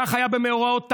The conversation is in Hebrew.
כך היה במאורעות תר"פ,